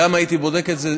הייתי בודק את זה,